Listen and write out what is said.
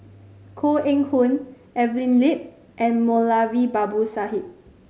Koh Eng Hoon Evelyn Lip and Moulavi Babu Sahib